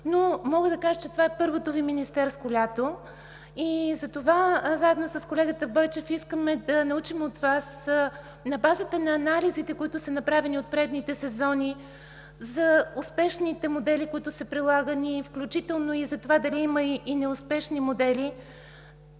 Мога да кажа, че това е първото Ви министерско лято и затова заедно с колегата Бойчев искаме да научим от Вас на базата на анализите, които са направени от предните сезони, за успешните модели, които са прилагани, включително и дали има неуспешни модели.